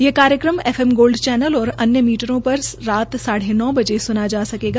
ये कार्यक्रम F M gold channel व अन्य मीटरों पर रात साढ़े नौ बजे सुना जा सकेगा